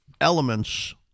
elements